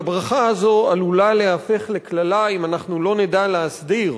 אבל הברכה הזאת עלולה ליהפך לקללה אם לא נדע להסדיר